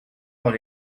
dans